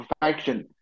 perfection